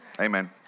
Amen